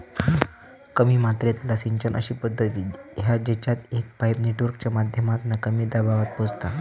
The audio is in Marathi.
कमी मात्रेतला सिंचन अशी पद्धत हा जेच्यात एक पाईप नेटवर्कच्या माध्यमातना कमी दबावात पोचता